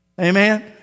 Amen